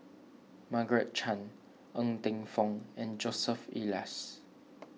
Margaret Chan Ng Teng Fong and Joseph Elias